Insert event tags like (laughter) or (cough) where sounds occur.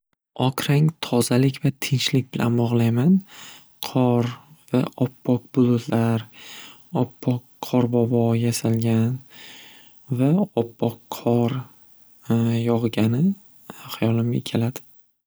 Oq rang tozalik va tinchlik bilan bog'layman qor va oppoq bulutlar oppoq qorbobo yasalgan va oppoq qor (hesitation) yog'gani hayolimga keladi.